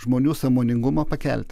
žmonių sąmoningumą pakelti